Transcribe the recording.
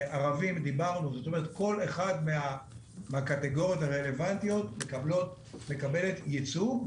ערבים כל אחד מהקטגוריות הרלוונטיות מקבלת ייצוג.